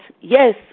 yes